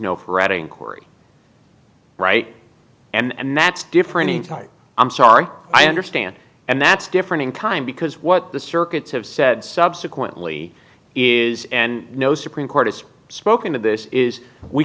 no for adding corey right and that's different in type i'm sorry i understand and that's different in time because what the circuits have said subsequently is and no supreme court has spoken of this is we